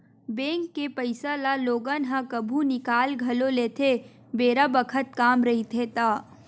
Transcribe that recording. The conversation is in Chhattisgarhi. बेंक के पइसा ल लोगन ह कभु निकाल घलो लेथे बेरा बखत काम रहिथे ता